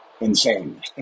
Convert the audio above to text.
insane